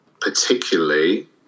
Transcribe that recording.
particularly